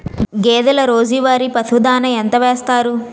గేదెల రోజువారి పశువు దాణాఎంత వేస్తారు?